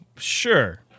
sure